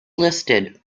listed